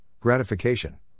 gratification